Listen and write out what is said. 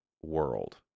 World